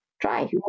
Try